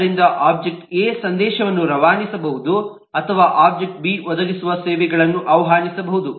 ಆದ್ದರಿಂದ object A ಸಂದೇಶವನ್ನು ರವಾನಿಸಬಹುದು ಅಥವಾ ಒಬ್ಜೆಕ್ಟ್ ಬಿ ಒದಗಿಸುವ ಸೇವೆಗಳನ್ನು ಆಹ್ವಾನಿಸಬಹುದು